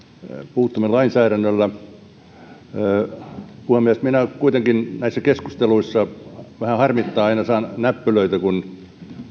puuttuminen lainsäädännöllä puhemies kuitenkin vähän harmittaa ja minä saan näissä keskusteluissa aina näppylöitä kun